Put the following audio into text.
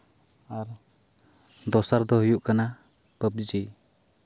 ᱟᱨ ᱫᱚᱥᱟᱨ ᱫᱚ ᱦᱩᱭᱩᱜ ᱠᱟᱱᱟ ᱯᱟᱵᱽᱡᱤ